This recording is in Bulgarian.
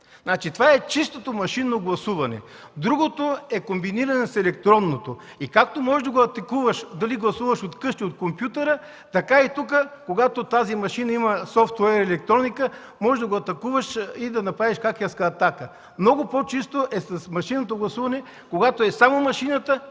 това е чистото машинно гласуване. Другото е комбинирано с електронното и както можеш да го атакуваш – дали гласуваш от вкъщи от компютъра, така и тук, когато тази машина има софтуер и електроника можеш да го атакуваш и да направиш хакерска атака. Много по-чисто е с машинното гласуване. Когато е само машината,